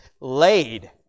laid